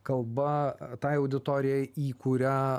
kalba tai auditorijai į kurią